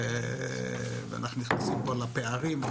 ואנחנו נכנסים פה לפערים.